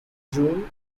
june